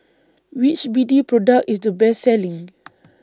Which B D Product IS The Best Selling